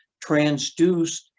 transduced